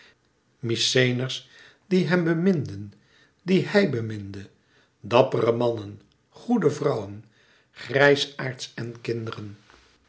mykenæërs die hem beminden die hij beminde dappere mannen goede vrouwen grijsaards en kinderen